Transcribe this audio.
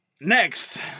next